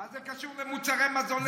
מה זה קשור למוצרי מזון לתינוקות?